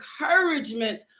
encouragement